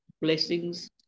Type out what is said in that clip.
blessings